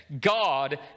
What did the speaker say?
God